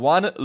One